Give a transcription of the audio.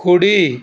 కుడి